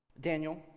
Daniel